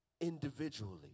Individually